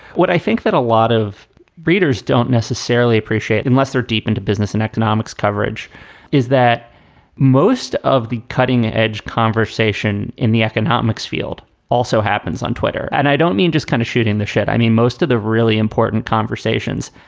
what i think that a lot of readers don't necessarily appreciate unless they're deep into business and economics coverage is that most of the cutting edge conversation in the economics field also happens on twitter and. don't mean just kind of shooting the shit. i mean, most of the really important conversations,